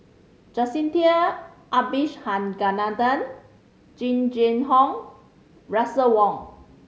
Jacintha Abisheganaden Jing Jun Hong Russel Wong